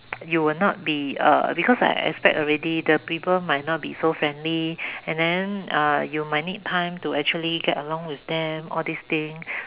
you would not be uh because I expect already the people might not be so friendly and then uh you might need time to actually get along with them all this thing